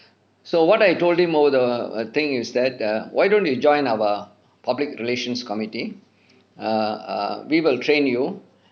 so what I told him oh the thing is that err why don't you join our public relations committee err err we will train you